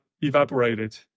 evaporated